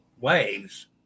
waves